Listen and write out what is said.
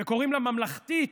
וקוראים לה "ממלכתית".